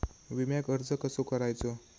विम्याक अर्ज कसो करायचो?